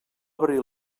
obri